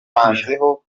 yitanzeho